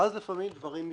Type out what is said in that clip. ואז לפעמים דברים מסתבכים,